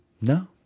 No